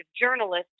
journalist